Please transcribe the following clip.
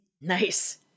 Nice